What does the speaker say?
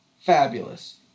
fabulous